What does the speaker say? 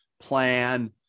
plan